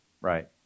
Right